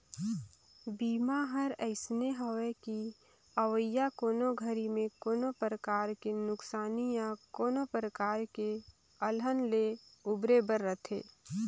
बीमा हर अइसने हवे कि अवइया कोनो घरी मे कोनो परकार के नुकसानी या कोनो परकार के अलहन ले उबरे बर रथे